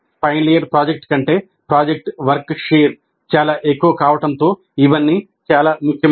final year project కంటే project work share చాలా ఎక్కువ కావడంతో ఇవన్నీ చాలా ముఖ్యమైనవి